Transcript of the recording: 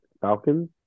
Falcons